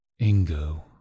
Ingo